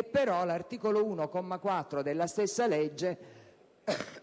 2009. Però l'articolo 1, comma 4, della stessa legge